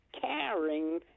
caring